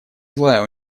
злая